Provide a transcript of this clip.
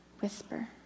whisper